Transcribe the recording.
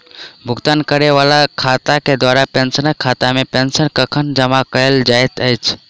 भुगतान करै वला शाखा केँ द्वारा पेंशनरक खातामे पेंशन कखन जमा कैल जाइत अछि